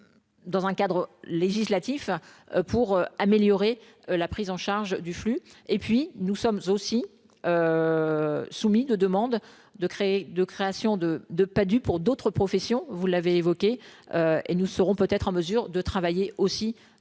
dans un cadre législatif pour améliorer la prise en charge du flux et puis nous sommes aussi soumis de demande de créer de création de de pas du pour d'autres professions, vous l'avez évoqué et nous serons peut-être en mesure de travailler aussi